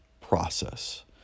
process